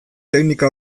teknika